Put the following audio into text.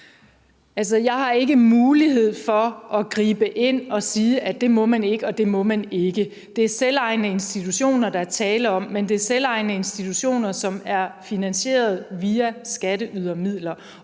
Jeg har ikke mulighed for at gribe ind og sige, at det må man ikke, og det må man ikke. Det er selvejende institutioner, der er tale om, men det er selvejende institutioner, som er finansieret via skatteydermidler,